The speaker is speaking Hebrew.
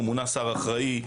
מונה שר אחראי,